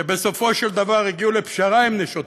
שבסופו של דבר הגיעו לפשרה עם נשות הכותל,